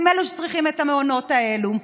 הם אלו שצריכים את המעונות האלה.